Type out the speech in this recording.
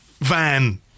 van